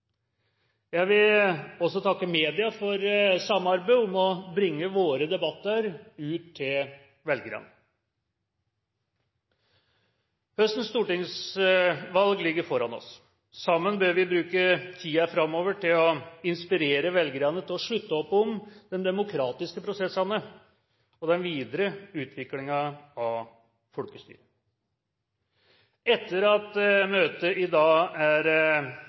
Jeg vil også takke media for samarbeidet om å bringe våre debatter ut til velgerne. Høstens stortingsvalg ligger foran oss. Sammen bør vi bruke tiden framover til å inspirere velgerne til å slutte opp om de demokratiske prosessene og den videre utviklingen av folkestyret. Etter at møtet i dag er